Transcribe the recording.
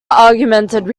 augmented